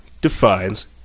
defines